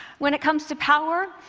when it comes to power,